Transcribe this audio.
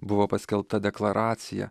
buvo paskelbta deklaracija